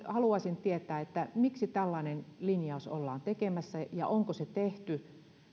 haluaisin tietää miksi tällainen linjaus ollaan tekemässä ja onko se tehty